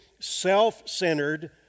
self-centered